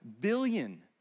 billion